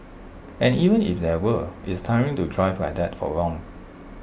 and even if there were it's tiring to drive like that for long